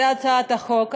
זאת הצעת החוק,